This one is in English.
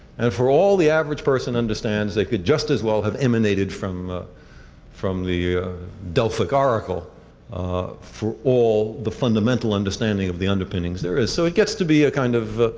and for all the average person understands they could just as well have emanated from ah from the delphic oracle ah for all the fundamental understanding of the underpinnings there is. so, it gets to be a kind of